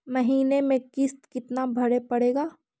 महीने में किस्त कितना भरें पड़ेगा?